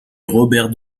robert